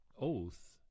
oath